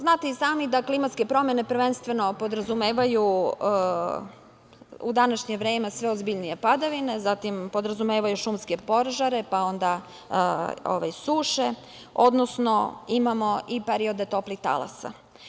Znate i sami da klimatske promene prvenstveno podrazumevaju u današnje vreme sve ozbiljnije padavine, zatim, podrazumevaju šumske požare, pa onda suše, odnosno imamo i perioda toplih talasa.